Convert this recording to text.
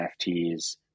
NFTs